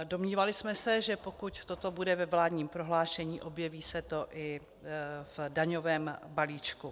Domnívali jsme se, že pokud toto bude ve vládním prohlášení, objeví se to i v daňovém balíčku.